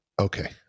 okay